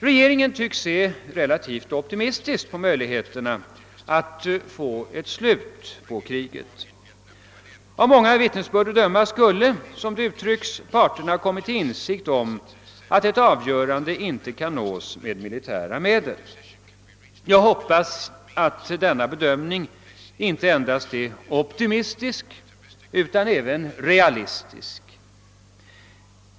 Regeringen tycks se relativt optimistiskt på möjligheterna att få ett slut på kriget. Av många vittnesbörd att döma skulle, som det uttrycks, parterna ha kommit till insikt om att ett avgörande inte kan nås med militära medel. Jag hoppas att denna bedömning inte endast är optimistisk utan även realistisk.